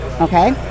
Okay